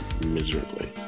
miserably